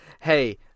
hey